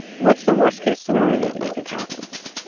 what's the worst case scenario that you think happens?